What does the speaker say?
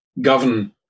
govern